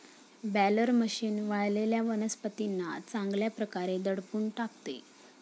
baler machine वाळलेल्या वनस्पतींना चांगल्या प्रकारे दडपून टाकते